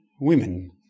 women